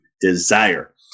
desire